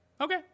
Okay